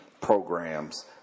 programs